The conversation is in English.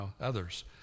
others